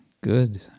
Good